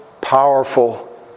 powerful